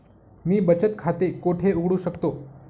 मी बचत खाते कोठे उघडू शकतो?